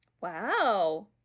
Wow